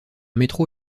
métro